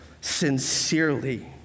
sincerely